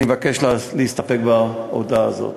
אני מבקש להסתפק בהודעה הזאת.